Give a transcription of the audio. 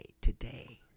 today